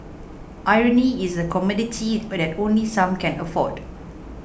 irony is a commodity but only some can afford